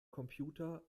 computer